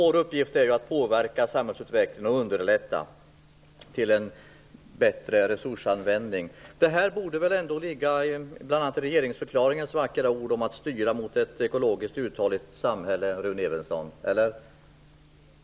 Vår uppgift är alltså att påverka samhällsutvecklingen och att underlätta en bättre resursanvändning. Detta borde ändå ligga i bl.a. regeringsförklaringens vackra ord om att styra mot ett ekologiskt uthålligt samhälle, Rune Evensson, eller hur är det med den saken?